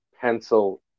pencil